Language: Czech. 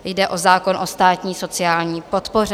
Jde o zákon o státní sociální podpoře.